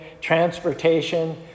transportation